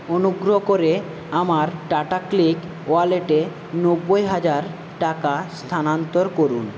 অনুগ্রহ করে আমার টাটাক্লিক ওয়ালেটে নব্বই হাজার টাকা স্থানান্তর করুন